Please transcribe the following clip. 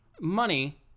money